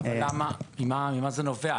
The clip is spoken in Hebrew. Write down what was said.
ממה זה נובע?